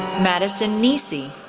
madison nisi,